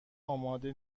آماده